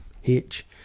hitch